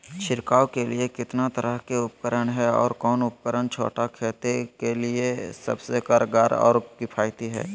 छिड़काव के लिए कितना तरह के उपकरण है और कौन उपकरण छोटा खेत के लिए सबसे कारगर और किफायती है?